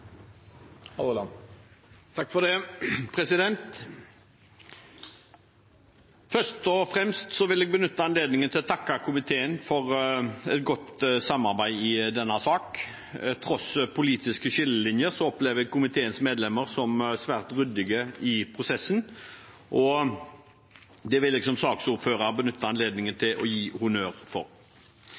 Først og fremst vil jeg benytte anledningen til å takke komiteen for godt samarbeid i denne saken. Tross politiske skillelinjer opplever jeg komiteens medlemmer som svært ryddige i prosessen, og det vil jeg som saksordfører benytte anledningen til å gi honnør for.